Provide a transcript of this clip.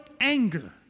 anger